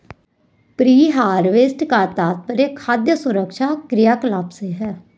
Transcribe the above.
pre harvest का तात्पर्य खाद्य सुरक्षा क्रियाकलाप से है